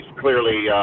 clearly